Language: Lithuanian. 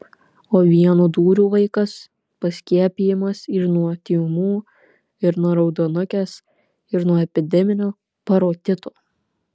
o vienu dūriu vaikas paskiepijamas ir nuo tymų ir nuo raudonukės ir nuo epideminio parotito